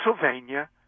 Pennsylvania